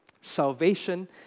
Salvation